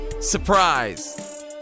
surprise